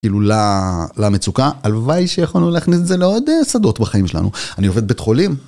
כאילו ל.. למצוקה, הלוואי שיכולנו להכניס את זה לעוד אה.. שדות בחיים שלנו, אני עובד בית חולים.